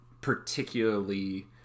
particularly